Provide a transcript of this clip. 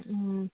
ꯎꯝ